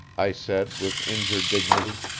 i said with injured dignity.